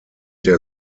der